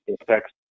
Affects